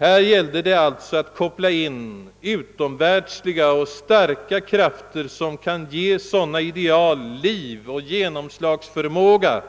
Man sökte alltså att koppla in utomvärldsliga och starka krafter, som kan ge sådana ideal liv och genomslagsförmåga